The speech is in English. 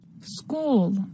School